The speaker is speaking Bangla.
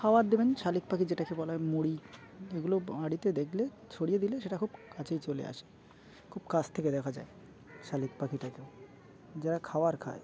খাবার দেবেন শালিক পাখি যেটাকে বলা হয় মুড়ি এগুলো বাড়িতে দেখলে ছড়িয়ে দিলে সেটা খুব কাছেই চলে আসে খুব কাছ থেকে দেখা যায় শালিক পাখিটাকেও যারা খাওয়ার খায়